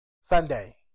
Sunday